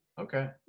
Okay